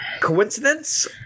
coincidence